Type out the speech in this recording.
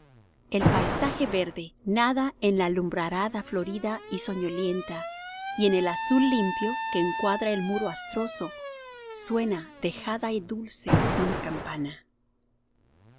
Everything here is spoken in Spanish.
el paisaje verde nada en la lumbrarada florida y soñolienta y en el azul limpio que encuadra el muro astroso suena dejada y dulce una campana